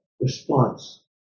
response